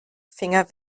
finger